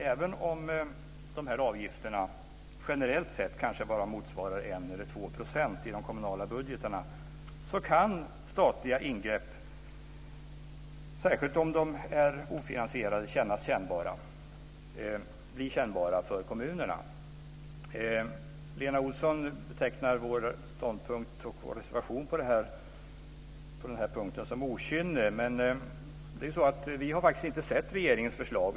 Även om dessa avgifter generellt sett kanske bara motsvarar 1 eller 2 % i de kommunala budgetarna, kan statliga ingrepp, särskilt om de är ofinansierade, bli kännbara för kommunerna. Lena Olsson betecknar vår ståndpunkt och reservation som okynne. Vi har inte sett regeringens förslag.